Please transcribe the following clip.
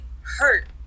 hurt